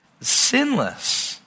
sinless